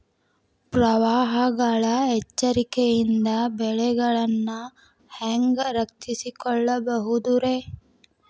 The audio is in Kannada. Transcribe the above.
ಪ್ರವಾಹಗಳ ಎಚ್ಚರಿಕೆಯಿಂದ ಬೆಳೆಗಳನ್ನ ಹ್ಯಾಂಗ ರಕ್ಷಿಸಿಕೊಳ್ಳಬಹುದುರೇ?